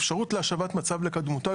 אפשרות השבת מצב לקדמותו,